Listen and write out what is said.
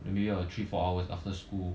like maybe three four hours after school